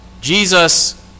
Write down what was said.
Jesus